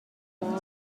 warm